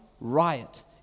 riot